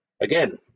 again